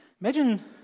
Imagine